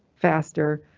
faster,